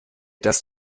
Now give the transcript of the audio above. das